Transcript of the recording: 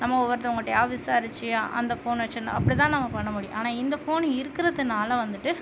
நம்ம ஒவ்வொருத்தவங்க கிட்டேயா விசாரிச்சு அந்த ஃபோனை வச்சுருந்தோம் அப்படித்தான் நம்ம பண்ண முடியும் ஆனால் இந்த ஃபோன் இருக்கிறதுனால வந்துட்டு